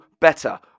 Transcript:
better